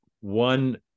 one